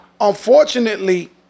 unfortunately